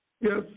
Yes